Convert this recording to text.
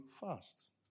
fast